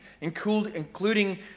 including